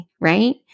right